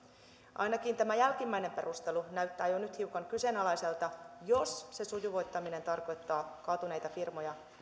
ainakin tämä jälkimmäinen perustelu näyttää jo nyt hiukan kyseenalaiselta jos se sujuvoittaminen tarkoittaa kaatuneita firmoja